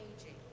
aging